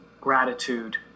gratitude